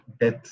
death